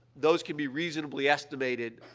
those can be reasonably estimated,